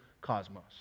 cosmos